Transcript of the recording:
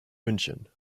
münchen